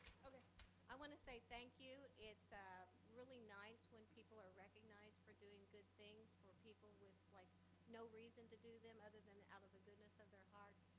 i want to say thank you. it's really nice when people are recognized for doing good things, or people with like no reason to do them other than out of the goodness of their heart,